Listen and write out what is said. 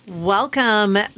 Welcome